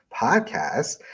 podcast